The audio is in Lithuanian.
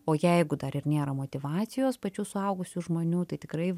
o jeigu dar ir nėra motyvacijos pačių suaugusių žmonių tai tikrai